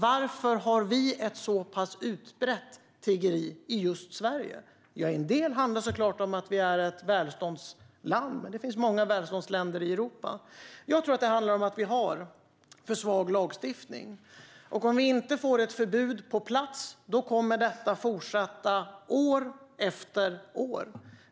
Varför har vi ett så pass utbrett tiggeri i just Sverige? En del handlar såklart om att vi är ett välståndsland, men det finns många välståndsländer i Europa. Jag tror att det handlar om att vi har för svag lagstiftning. Om vi inte får ett förbud på plats kommer detta att fortsätta år efter år.